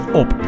op